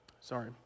sorry